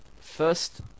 first